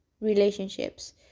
relationships